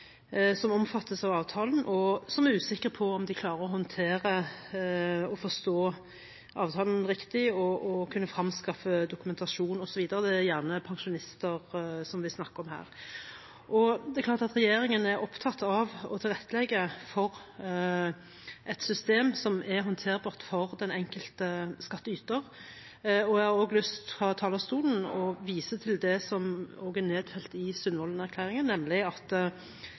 som omfattes av avtalen, og som er usikre på om de klarer å håndtere og forstå avtalen riktig, om de skal kunne klare å fremskaffe dokumentasjon osv. Det er gjerne pensjonister vi snakker om her. Det er klart at regjeringen er opptatt av å tilrettelegge for et system som er håndterbart for den enkelte skatteyter. Fra talerstolen har jeg lyst til å vise til det som òg ble nedfelt i Sundvolden-erklæringen, nemlig at